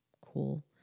cool